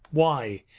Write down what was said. why?